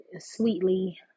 sweetly